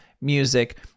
music